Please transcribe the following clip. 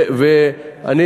לא צריך, בכלל.